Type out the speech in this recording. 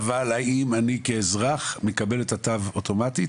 אבל האם אני כאזרח מקבל את התו אוטומטית?